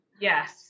yes